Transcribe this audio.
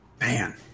Man